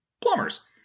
plumbers